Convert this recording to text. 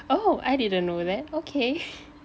oh I didn't know that okay